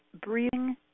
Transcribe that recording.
Breathing